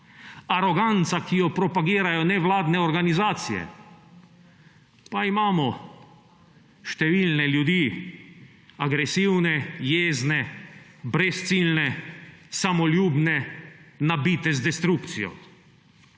aroganca, ki jo propagirajo nevladne organizacije – pa imamo številne ljudi, agresivne, jezne, brezciljne, samoljubne, nabite z destrukcijo.